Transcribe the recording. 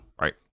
right